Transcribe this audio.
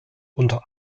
unter